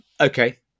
okay